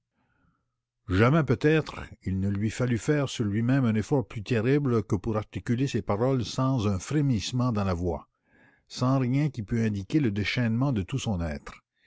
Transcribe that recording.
jamais peut-être il ne lui fallut faire sur lui-même un effort plus terrible que pour articuler ces paroles sans un frémissement dans la voix sans rien qui pût indiquer le déchaînement de tout son être